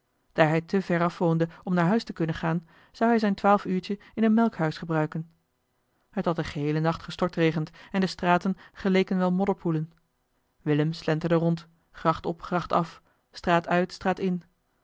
hij te ver af woonde om naar huis te kunnen gaan zou hij zijn twaalfuurtje in een melkhuis gebruiken het had den geheelen nacht gestortregend en de straten geleken wel modderpoelen willem slenterde rond gracht op gracht af straat uit straat in